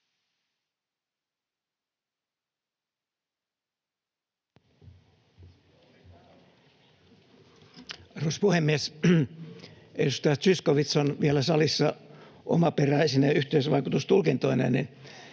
Arvoisa puhemies! Kun edustaja Zyskowicz on vielä salissa omaperäisine yhteisvaikutustulkintoineen,